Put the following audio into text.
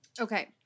okay